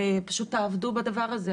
פשוט תעבדו בדבר הזה,